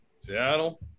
Seattle